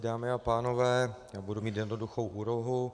Dámy a pánové, budu mít jednoduchou úlohu.